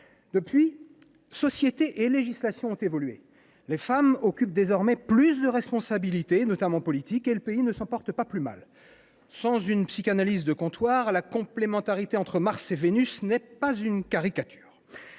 Depuis lors, société et législation ont évolué. Les femmes exercent désormais plus de responsabilités, notamment politiques, et le pays ne s’en porte pas plus mal. Sans vouloir faire de la psychanalyse de comptoir, je dirai que la complémentarité entre Mars et Vénus n’est pas une caricature.